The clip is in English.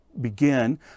begin